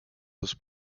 was